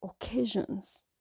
occasions